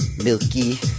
Milky